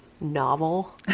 novel